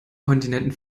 kontinenten